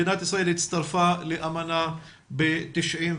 מדינת ישראל הצטרפה לאמנה ב-1991.